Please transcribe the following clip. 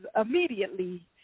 immediately